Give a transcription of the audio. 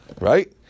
Right